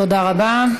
תודה רבה.